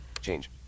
Change